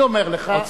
אני אומר לך,